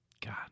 God